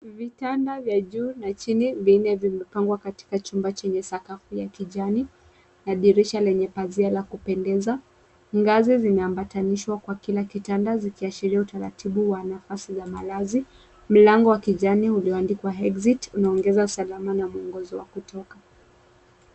Vitanda vya juu, na chini vinne vimepangwa katika sakafu ya kijani, na dirisha lenye pazia la kupendeza, ngazi zinaambatanishwa kwa kila kitanda zikiashiria utaratibu wa nafasi ya malazi. Mlango wa kijani ulioandikwa exit unaongeza usalama na mwongozo wa kutoka.